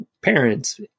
parents